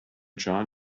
john